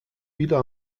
wieder